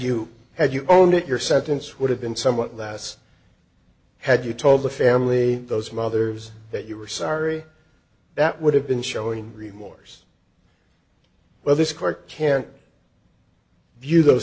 you had you owned it your sentence would have been somewhat less had you told the family those mothers that you were sorry that would have been showing remorse well this court can't view those